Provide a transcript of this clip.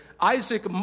Isaac